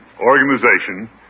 organization